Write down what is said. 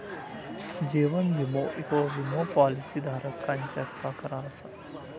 जीवन विमो ह्यो विमो पॉलिसी धारक यांच्यातलो करार असा